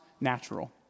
natural